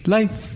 Life